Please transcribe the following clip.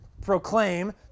proclaim